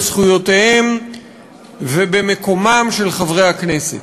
בזכויותיהם ובמקומם של חברי הכנסת.